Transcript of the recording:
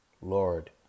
Lord